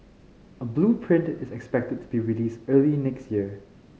a blueprint is expected to be released early next year